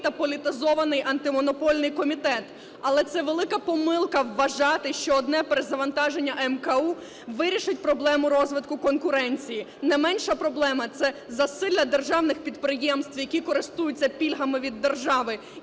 та політизований Антимонопольний комітет. Але це велика помилка вважати, що одне перезавантаження АМКУ вирішить проблему розвитку конкуренції. Не менша проблема – це засилля державних підприємств, які користуються пільгами від держави.